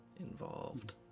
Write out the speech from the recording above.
involved